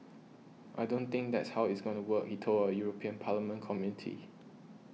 I don't think that's how it's gonna work he told a European Parliament Committee